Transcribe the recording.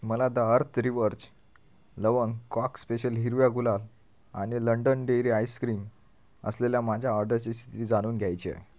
मला the earth रिवर्ज लवंग कॉक स्पेशल हिरव्या गुलाल आणि लंडन डेअरी आइस्क्रीम असलेल्या माझ्या ऑर्डरची स्थिती जाणून घ्यायची आहे